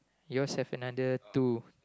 yours have another two